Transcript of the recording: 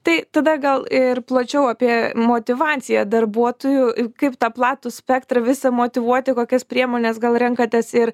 tai tada gal ir plačiau apie motyvaciją darbuotojų kaip tą platų spektrą visą motyvuoti kokias priemones gal renkatės ir